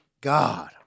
God